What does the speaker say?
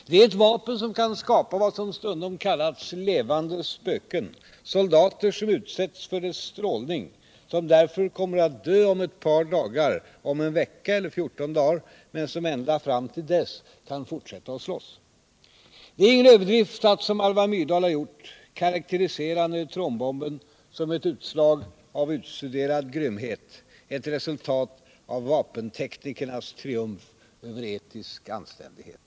Det är ett vapen som kan skapa vad som stundom kallas ”levande spöken” — soldater som utsatts för dess strålning, som därför kommer att dö om ett par dagar, om en vecka eller om fjorton dagar men som ända fram till dess kan fortsätta att slåss. Det är ingen överdrift att, som Alva Myrdal har gjort, karakterisera neutronbomben som ett utslag av utstuderad grymhet, ett resultat av vapenteknikernas triumf över etisk anständighet.